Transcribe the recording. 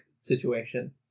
situation